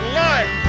life